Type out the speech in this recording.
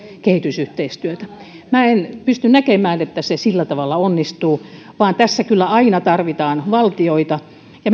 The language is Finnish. kehitysyhteistyötä minä en pysty näkemään että se sillä tavalla onnistuu vaan tässä kyllä aina tarvitaan valtioita ja